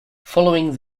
following